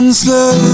slow